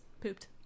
pooped